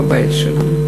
בבית שלנו.